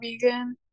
vegan